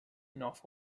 north